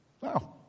Wow